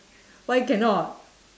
why cannot